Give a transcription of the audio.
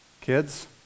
Kids